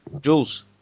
Jules